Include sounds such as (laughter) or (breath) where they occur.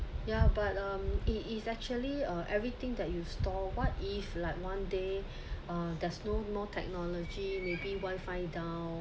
yeah but um it is actually uh everything that you store what if like one day (breath) uh there's no more technology maybe wifi down